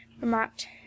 remarked